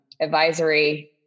advisory